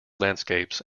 landscapes